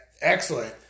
excellent